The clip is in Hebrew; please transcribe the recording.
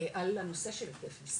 על הנושא של היקף משרה,